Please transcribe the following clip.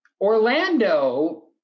Orlando